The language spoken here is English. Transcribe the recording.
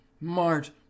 Mart